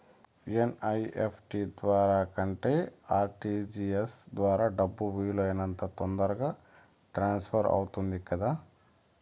NEFT ద్వారా కంటే RTGS ద్వారా డబ్బు వీలు అయినంత తొందరగా ట్రాన్స్ఫర్ అవుతుంది కదా